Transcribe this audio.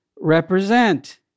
represent